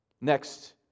Next